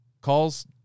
calls